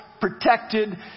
protected